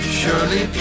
surely